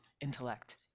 intellect